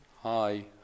Hi